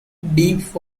deep